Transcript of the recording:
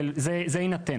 זה יינתן.